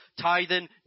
tithing